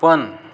पण